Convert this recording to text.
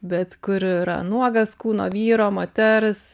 bet kur yra nuogas kūno vyro moters